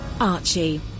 Archie